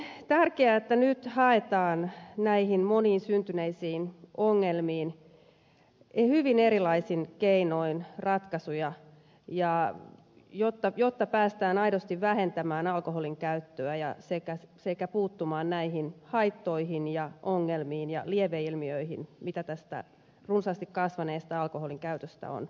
onkin tärkeää että nyt haetaan näihin moniin syntyneisiin ongelmiin hyvin erilaisin keinoin ratkaisuja jotta päästään aidosti vähentämään alkoholin käyttöä sekä puuttumaan näihin haittoihin ja ongelmiin ja lieveilmiöihin mitä tästä runsaasti kasvaneesta alkoholin käytöstä on aiheutunut